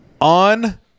On